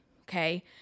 okay